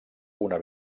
una